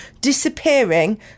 disappearing